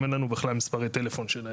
אין לנו בכלל מספר טלפון שלהם,